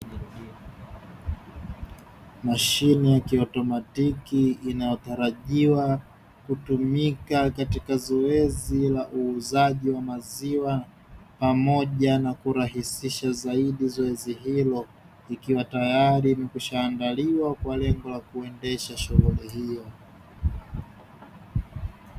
Mashine ya kiautomatiki inayotarajiwa kutumika katika zoezi la uuzaji wa maziwa pamoja na kurahisisha zaidi zoezi hilo, likiwa tayari limekwisha andaliwa kwa lengo la kuendesha shughuli hiyo.